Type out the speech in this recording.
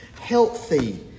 Healthy